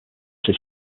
city